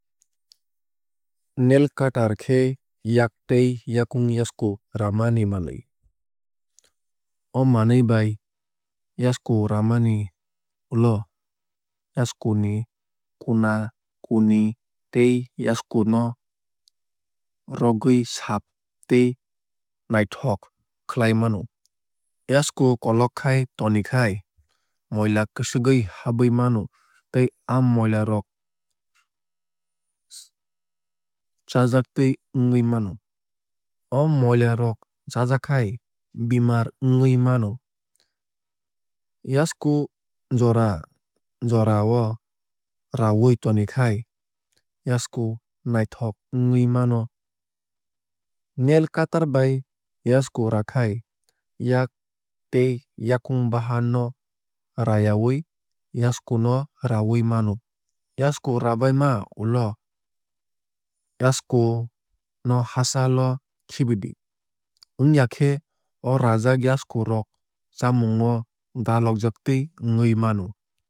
Nail cutter khe yak tei yakung yasku ramani manwui. O manwui bai yasku ramani ulo yasku ni kuna kuni tei yasku no rogwui saaf tei naithok khlai mano. Yasku kolok khai tonikhai moila kwswgwui habui mano tei aa moila rok chajaktwui wngwui mano. O moila rok chajakhai bemar wngwui mano. Yasku jora jora o rawui tonikhai yasku naithok wngwui mano. Nail cutter bai yasku rakhai yak tei yakung bahan no rayawui yasku no rawui mano. Yasku rabaima ulo yasku no hachal o khibidi. Wngyakhe o rajak yasku rok chamung o dalokjaktwui wngwui mano.